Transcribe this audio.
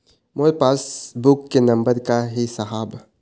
मोर passbook के number का ही साहब?